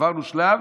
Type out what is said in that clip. עברנו שלב,